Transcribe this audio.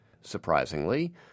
surprisingly